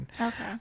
Okay